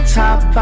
top